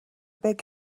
big